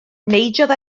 neidiodd